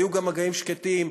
היו גם מגעים שקטים,